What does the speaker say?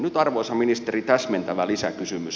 nyt arvoisa ministeri täsmentävä lisäkysymys